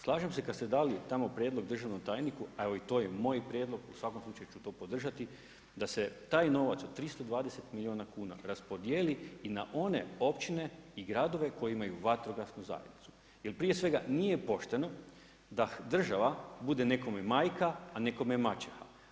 Slažem ste kad ste dali tamo prijedlog državnom tajniku, a evo to je i moj prijedlog, u svakom slučaju ću to podržati, da se taj novac od 320 milijuna kuna raspodjeli i na one općine i gradove koji imaju vatrogasnu zajednicu jer prije svega, nije pošteno da država nekome bude majka a nekome maćeha.